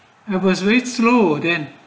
i was very slow then